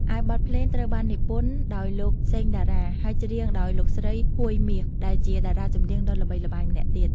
រីឯបទភ្លេងត្រូវបាននិពន្ធដោយលោក សេង តារា ហើយច្រៀងដោយលោកស្រី ហួយ មាស ដែលជាតារាចម្រៀងដ៏ល្បីល្បាញម្នាក់ទៀត។